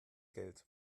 geld